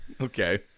Okay